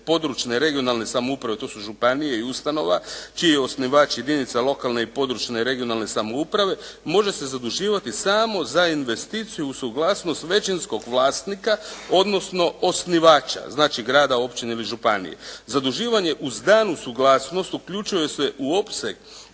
područne regionalne samouprave, to su županije i ustanova čiji je osnivač jedinica lokalne i područne regionalne samouprave može se zaduživati samo za investiciju uz suglasnost većinskog vlasnika odnosno osnivača, znači grada, općine ili županije. Zaduživanje uz danu suglasnost uključuje se u opseg